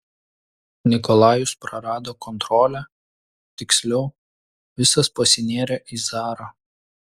nikolajus prarado kontrolę tiksliau visas pasinėrė į zarą